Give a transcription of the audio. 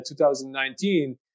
2019